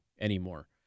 anymore